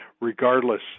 regardless